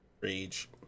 Rage